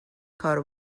کارو